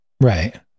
right